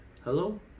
hello